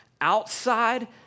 outside